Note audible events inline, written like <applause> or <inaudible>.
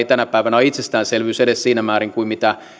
<unintelligible> tänä päivänä ole itsestäänselvyyksiä edes siinä määrin kuin